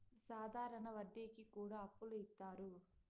సాధారణ వడ్డీ కి కూడా అప్పులు ఇత్తారు